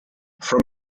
from